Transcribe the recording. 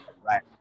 Right